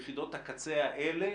יחידות הקצה האלה,